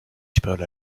supérieur